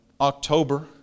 October